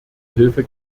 hilfe